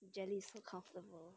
jelly is so comfortable